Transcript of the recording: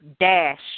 dash